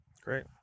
Great